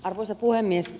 arvoisa puhemies